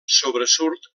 sobresurt